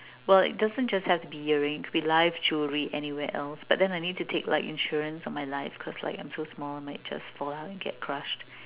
well it doesn't have to be earrings can be live jewelries anywhere else but then I need to take like insurance for my life cause like I'm so small and might just fall off and get crushed